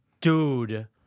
Dude